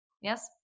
Yes